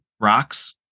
rocks